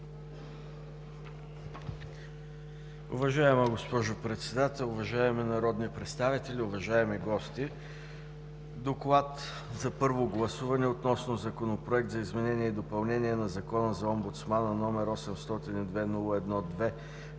Уважаема госпожо Председател, уважаеми народни представители, уважаеми гости! „ДОКЛАД за първо гласуване относно Законопроект за изменение и допълнение на Закона за омбудсмана, № 802-01-2,